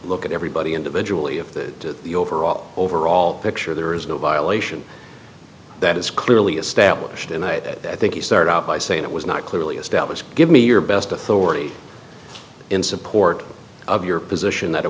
look at everybody individually if the overall overall picture there is no violation that is clearly established and i think you start out by saying it was not clearly established give me your best authority in support of your position that it